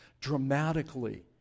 dramatically